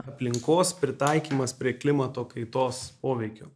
aplinkos pritaikymas prie klimato kaitos poveikio